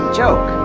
joke